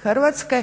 toga